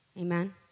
amen